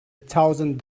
thousand